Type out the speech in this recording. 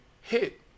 hit